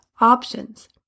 options